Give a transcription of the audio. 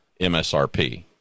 MSRP